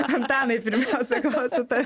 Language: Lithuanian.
antanai pirmiausia klausiu ta